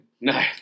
No